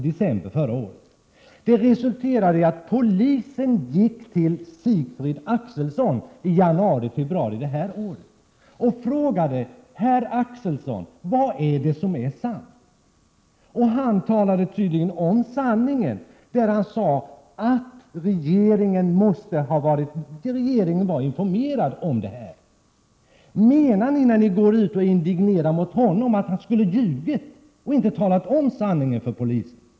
Det resulterade i att polisen i januari eller februari i år frågade Sigfrid Akselson vad som var sant. Han talade tydligen om sanningen när han sade att regeringen måste ha varit informerad. När ni indignerat uttalar er mot vad han har sagt, menar ni då att han i stället skulle ljugit och inte talat om sanningen för polisen?